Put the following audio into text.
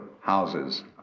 houses